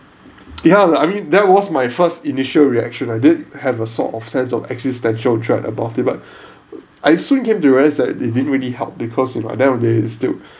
ya lah I mean that was my first initial reaction I did have a sort of sense of existential dread about it but I soon came to realise that it didn't really help because by then